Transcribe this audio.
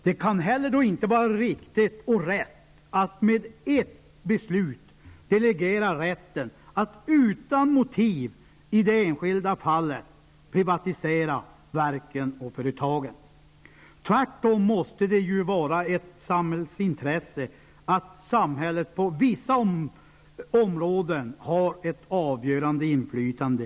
Det kan inte heller vara riktigt och rätt att med ett beslut delegera rätten att utan motiv i det enskilda fallet privatisera verken och företagen. Tvärtom måste det ju vara ett samhällsintresse att samhället på vissa områden har ett avgörande inflytande.